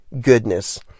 goodness